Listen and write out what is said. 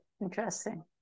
interesting